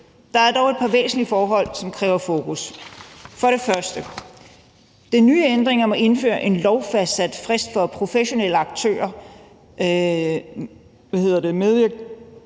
Der er dog et par væsentlige forhold, som kræver fokus. Først og fremmest skal de nye ændringer om at indføre en lovfastsat frist for professionelle aktørers medvirken